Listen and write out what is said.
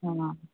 हँ